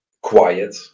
quiet